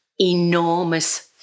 enormous